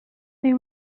they